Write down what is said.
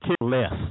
less